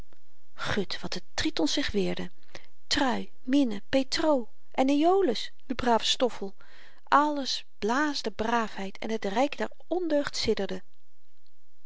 gut wat de tritons zich weerden trui mine petr en aeolus de brave stoffel alles blaasde braafheid en t ryk der